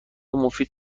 مفید